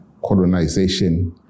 colonization